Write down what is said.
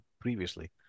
previously